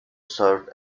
served